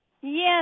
Yes